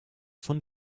von